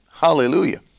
Hallelujah